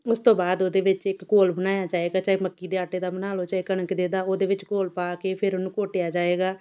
ਉਸ ਤੋਂ ਬਾਅਦ ਉਹਦੇ ਵਿੱਚ ਇੱਕ ਘੋਲ ਬਣਾਇਆ ਜਾਵੇਗਾ ਚਾਹੇ ਮੱਕੀ ਦੇ ਆਟੇ ਦਾ ਬਣਾ ਲਉ ਚਾਹੇ ਕਣਕ ਦੇ ਦਾ ਉਹਦੇ ਵਿੱਚ ਘੋਲ ਪਾ ਕੇ ਫਿਰ ਉਹਨੂੰ ਘੋਟਿਆ ਜਾਵੇਗਾ